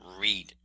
read